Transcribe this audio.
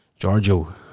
Giorgio